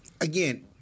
again